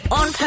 on